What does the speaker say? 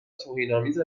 توهینآمیز